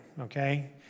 okay